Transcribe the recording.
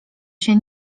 się